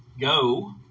Go